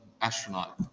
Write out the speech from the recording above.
astronaut